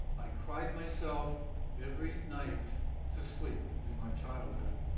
i cried myself every night to sleep in my childhood.